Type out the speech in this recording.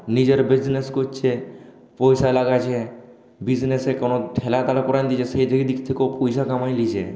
নিজের বিজনেস করছে পয়সা লাগাচ্ছে বিজনেসে কোন তারা করিয়ে দিয়েছে সেই দিক থেকেও পয়সা কামাই নিয়েছে